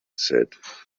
said